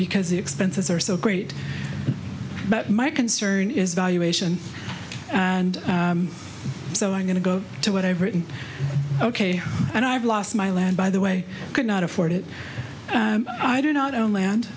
because the expenses are so great but my concern is valuation and so i'm going to go to what i've written ok and i have lost my land by the way i could not afford it i do not own land